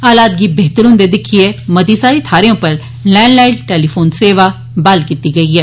हालात गी बेहतर हुन्दे दिक्खेये मती सारी थ्हारें पर लैंडलाईन टर्लीफोन सेवा बहाल कीती गेई ऐ